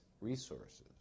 resources